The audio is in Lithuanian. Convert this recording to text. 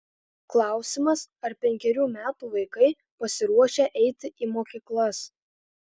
klausimas ar penkerių metų vaikai pasiruošę eiti į mokyklas